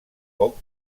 poc